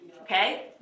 Okay